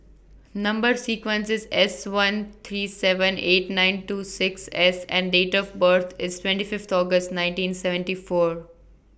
Number sequence IS S one three seven eight nine two six S and Date of birth IS twenty Fifth August nineteen seventy four